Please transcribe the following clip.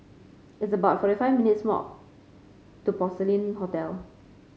it's about forty five minutes' walk to Porcelain Hotel